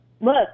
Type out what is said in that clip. look